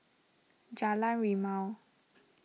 Jalan Rimau